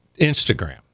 Instagram